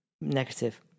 negative